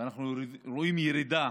ואנחנו רואים ירידה